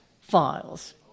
files